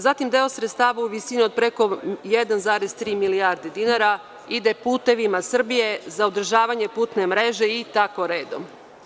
Zatim, deo sredstava u visini od preko 1,3 milijarde dinara ide „Putevima Srbije“ za održavanje putne mreže i tako redom.